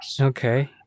Okay